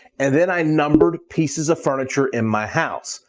and then i numbered pieces of furniture in my house.